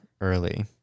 early